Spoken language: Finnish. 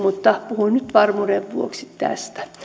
mutta puhun nyt varmuuden vuoksi tästä